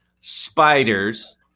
spiders